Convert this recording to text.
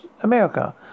America